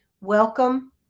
welcome